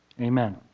Amen